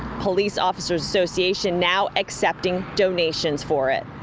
police officers association now accepting donations for it.